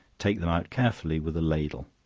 take them out carefully with a ladle.